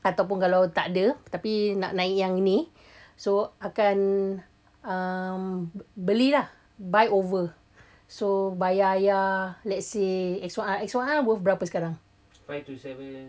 ataupun kalau takde tapi nak naik yang ini so akan uh beli lah buy over so bayar ayah let's say X one R X one R worth berapa sekarang